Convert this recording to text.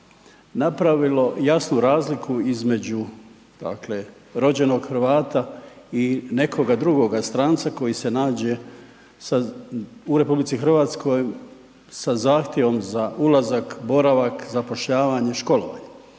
napravilo jasnu razliku između dakle rođenog Hrvata i nekoga drugoga stranca koji se nađe sa, u RH sa zahtjevom za ulazak, boravak, zapošljavanje, školovanje.